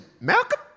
malcolm